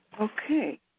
Okay